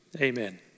Amen